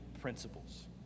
principles